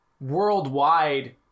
worldwide